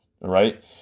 right